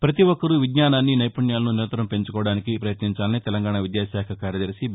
ప్రతిఒక్కరూ విజ్ఞానాన్ని నైపుణ్యాలను నిరంతరం పెంచుకోవడానికి ప్రయత్నించాలని తెలంగాణ విద్యాశాఖ కార్యదర్శి బీ